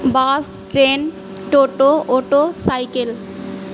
bus train toto auto cycle